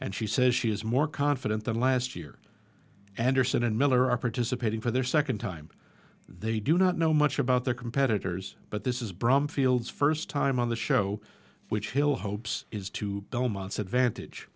and she says she is more confident than last year anderson and miller are participating for their second time they do not know much about their competitors but this is brumfield first time on the show which hill hopes is to dull months advantage